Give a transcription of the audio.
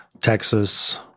Texas